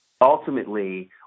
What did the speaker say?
ultimately